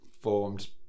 formed